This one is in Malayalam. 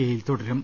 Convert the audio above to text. എയിൽ തുടരും